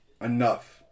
enough